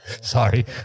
Sorry